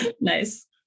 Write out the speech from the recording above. Nice